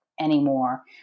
anymore